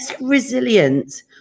resilient